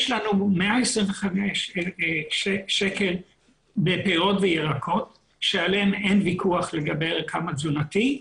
יש לנו 125 ₪ בפירות וירקות שעליהם אין וויכוח לגבי ערכם התזונתי,